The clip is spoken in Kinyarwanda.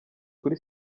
kuri